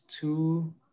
two